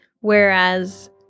Whereas